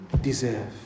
deserve